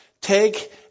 take